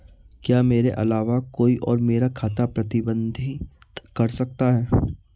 क्या मेरे अलावा कोई और मेरा खाता प्रबंधित कर सकता है?